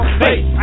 face